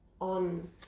on